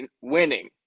winning